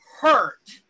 hurt